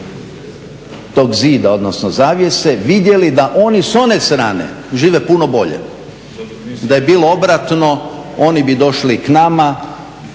tog zida, odnosno zavjese, vidjeli da oni s one strane žive puno bolje. Da je bilo obratno oni bi došli k nama,